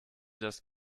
das